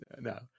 no